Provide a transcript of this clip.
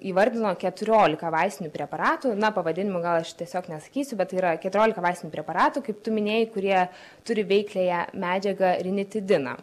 įvardino keturiolika vaistinių preparatų na pavadinimų gal aš tiesiog nesakysiu bet tai yra keturiolika vaistinių preparatų kaip tu minėjai kurie turi veikliąją medžiagą rinitidiną